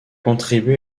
contribué